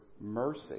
Mercy